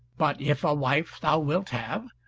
but if a wife thou wilt have,